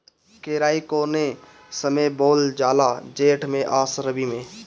केराई कौने समय बोअल जाला जेठ मैं आ रबी में?